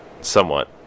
somewhat